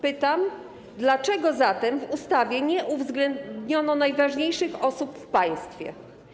Pytam: Dlaczego zatem w ustawie nie uwzględniono najważniejszych osób w państwie?